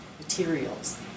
materials